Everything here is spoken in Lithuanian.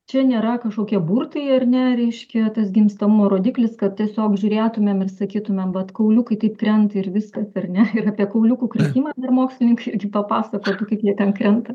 čia nėra kažkokie burtai ar ne reiškia tas gimstamo rodiklis kad tiesiog žiūrėtumėm ir sakytumėm vat kauliukai taip krenta ir viskas ar ne ir apie kauliukų kritimą dar mokslininkai papasakotų kaip jie ten krenta